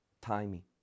timing